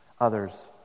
others